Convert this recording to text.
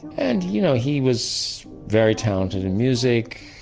and you know he was very talented in music.